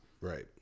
Right